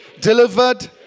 delivered